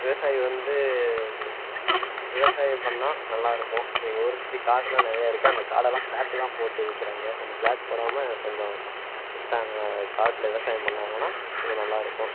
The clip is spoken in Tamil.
விவசாயி வந்து விவசாயம் பண்ணால் நல்லா இருக்கும் எங்கள் ஊரை சுற்றி காடுலாம் நிறையா இருக்குது அந்த காடெல்லாம் ஃபிளாட்டு தான் போட்டு விற்கிறாங்க அந்த ஃபிளாட் போடாமல் கொஞ்சம் விற்றாங்க காட்டில் விவசாயம் பண்ணுனாங்கன்னால் கொஞ்சம் நல்லா இருக்கும்